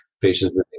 patients